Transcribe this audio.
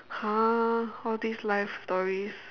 !huh! all these life stories